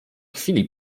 chwili